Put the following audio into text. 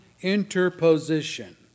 interposition